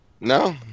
No